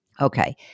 Okay